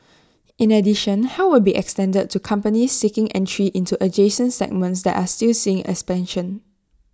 in addition help will be extended to companies seeking entry into adjacent segments that are still seeing expansion